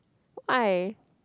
why